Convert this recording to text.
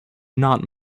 not